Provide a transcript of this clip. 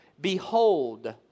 Behold